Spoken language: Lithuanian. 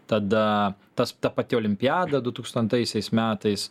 tada tas ta pati olimpiada du tūkstantaisiais metais